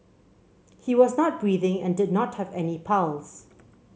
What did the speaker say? he was not breathing and did not have any pulse